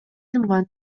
жумган